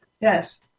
yes